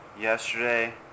Yesterday